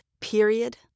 period